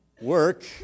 work